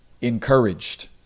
encouraged